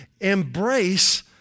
embrace